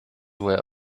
were